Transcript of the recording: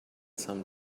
some